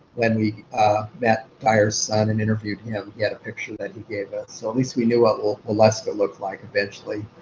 when we met dyar's ah and and interviewed him. he had a picture that he gave us. so at least we knew what wellesca looked like eventually.